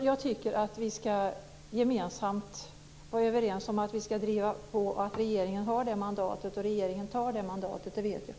Jag tycker att vi gemensamt ska vara överens om att driva på så att regeringen har det mandatet. Att regeringen tar det mandatet vet jag.